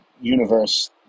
universe